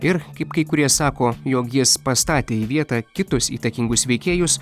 ir kaip kai kurie sako jog jis pastatė į vietą kitus įtakingus veikėjus